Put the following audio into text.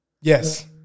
Yes